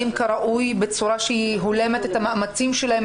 כראוי בצורה שהיא הולמת את המאמצים שלהם,